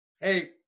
Hey